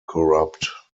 corrupt